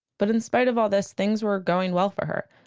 but in spite of all this, things were going well for her.